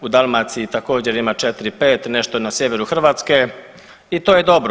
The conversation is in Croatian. U Dalmaciji također ima 4, 5, nešto na sjeveru Hrvatske i to je dobro.